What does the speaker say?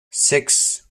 six